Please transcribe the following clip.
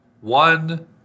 one